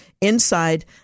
inside